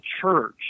church